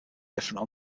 different